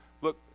look